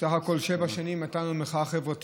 סך הכול לפני שבע שנים, הייתה לנו מחאה חברתית,